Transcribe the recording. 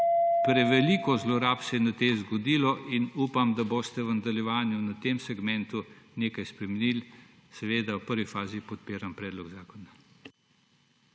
Preveliko zlorab se je teh zgodilo in upam, da boste v nadaljevanju na tem segmentu nekaj spremenili. Seveda v prvi fazi podpiram predlog zakona.